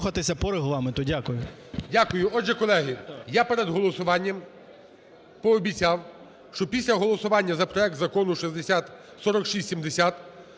Дякую.